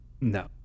No